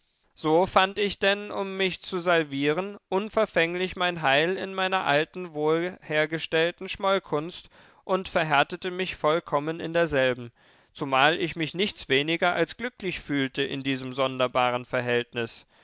so fand ich denn um mich zu salvieren unverfänglich mein heil in meiner alten wohlhergestellten schmollkunst und verhärtete mich vollkommen in derselben zumal ich mich nichts weniger als glücklich fühlte in diesem sonderbaren verhältnis